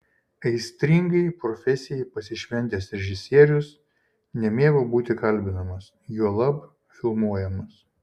aistringai profesijai pasišventęs režisierius nemėgo būti kalbinamas juolab filmuojamas